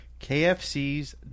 KFC's